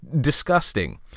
disgusting